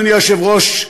אדוני היושב-ראש,